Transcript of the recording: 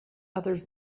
others